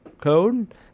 code